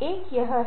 रहे हैं